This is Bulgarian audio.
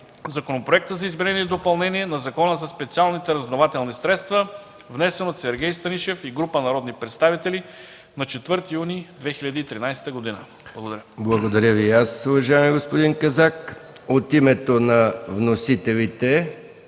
Законопроекта за изменение и допълнение на Закона за специалните разузнавателни средства, внесен от Сергей Станишев и група народни представители на 4 юни 2013 г.” Благодаря. ПРЕДСЕДАТЕЛ МИХАИЛ МИКОВ: Благодаря Ви и аз, уважаеми господин Казак. От името на вносителите